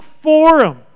forum